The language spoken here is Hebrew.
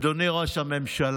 אדוני ראש הממשלה,